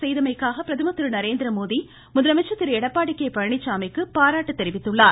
செய்தமைக்காக பிரதமர் திரு நரேந்திரமோடி முதலமைச்சர் திரு எடப்பாடி கே பழனிச்சாமிக்கு பாராட்டு தெரிவித்துள்ளார்